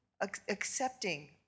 accepting